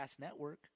Network